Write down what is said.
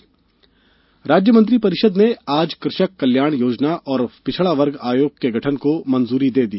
मंत्रिपरिषद राज्य मंत्रिपरिषद ने आज कृषक कल्याण योजना और पिछड़ा वर्ग आयोग के गठन को मंजूरी दे दी